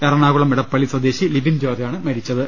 എറണാകുളം ഇടപ്പള്ളി സ്വദേശി ലിബിൻ ജോർജാണ് മരിച്ചത്